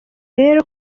rero